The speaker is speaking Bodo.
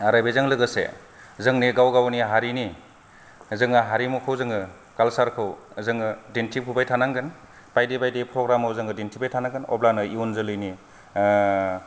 आरो बिजों लोगोसे जोंनि गाव गावनि हारिनि जोङो हारिमुखौ जोङो कालसारखौ जोङो दिन्थिफुबाय थानांगोन बायदि बायदि प्रग्रामाव जोङो दिन्थिबाय थानांगोन अब्लानो इयुन जोलैनि